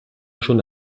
schon